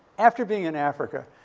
after being in africa,